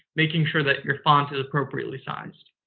making sure that your font is appropriately sized.